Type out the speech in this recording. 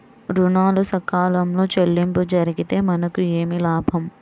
ఋణాలు సకాలంలో చెల్లింపు జరిగితే మనకు ఏమి లాభం?